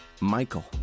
Michael